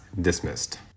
dismissed